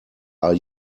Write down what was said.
are